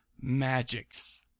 magics